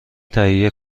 تهیه